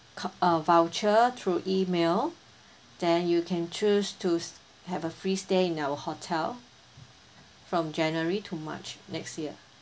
co~ uh voucher through email then you can choose to have a free stay in our hotel from january to march next year